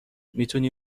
میتونی